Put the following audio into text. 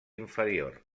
inferior